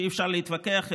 שאי-אפשר להתווכח עליה,